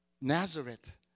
Nazareth